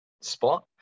spot